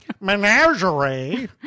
Menagerie